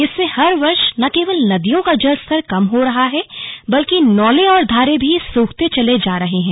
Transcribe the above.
इससे हर वर्ष न केवल नदियों का जलस्तर कम हो रहा है बल्कि नौले और धारे भी सूखते चले जा रहे हैं